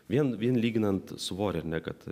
vien vien lyginant svorį ar ne kad